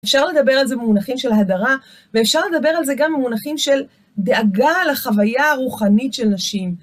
אפשר לדבר על זה ממונחים של הדרה, ואפשר לדבר על זה גם ממונחים של דאגה על החוויה הרוחנית של נשים.